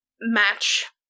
match